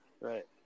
Right